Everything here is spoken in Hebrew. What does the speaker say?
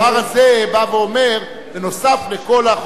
כי הדבר הזה בא ואומר: נוסף על הכול החוק,